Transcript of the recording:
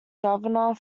governor